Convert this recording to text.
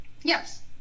Yes